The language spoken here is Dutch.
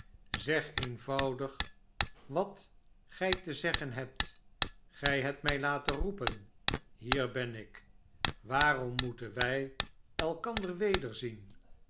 azeg eenvoudig wat gij te zeggen hebt gij hebt mij laten roepen hier ben ik waarom moeten wij elkander